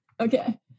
Okay